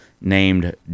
named